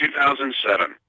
2007